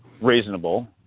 reasonable